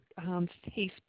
Facebook